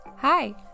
Hi